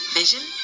vision